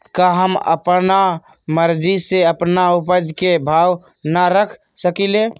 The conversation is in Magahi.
का हम अपना मर्जी से अपना उपज के भाव न रख सकींले?